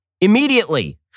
immediately